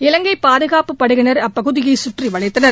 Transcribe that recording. இலங்கை பாதுகாப்புப் படையினர் அப்பகுதியை சுற்றி வளைத்தனர்